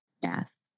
Yes